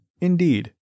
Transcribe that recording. indeed